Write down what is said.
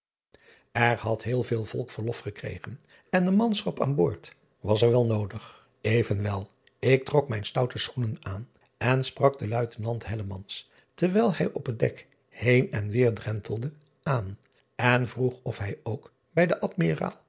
r had heel veel volk verlof gekregen en de manschap aan boord was er wel noodig venwel ik trok mijn stoute schoenen aan en sprak den uitenant terwijl hij op het dek heen en weêr drentelde aan en vroeg of hij ook bij den dmiraal